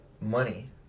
money